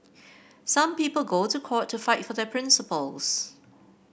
some people go to court to fight for their principles